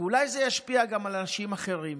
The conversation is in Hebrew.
ואולי זה ישפיע גם על אנשים אחרים.